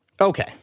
okay